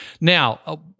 Now